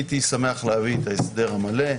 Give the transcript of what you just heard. הייתי שמח להביא את ההסדר המלא.